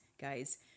guys